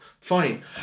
fine